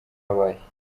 babaye